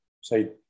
say